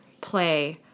play